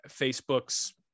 Facebook's